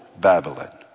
Babylon